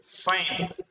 Fine